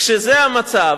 כשזה המצב,